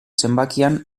zenbakian